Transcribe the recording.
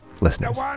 listeners